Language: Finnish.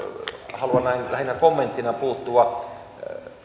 haluan lähinnä kommenttina puuttua